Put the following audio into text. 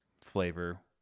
flavor